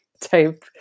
type